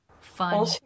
fun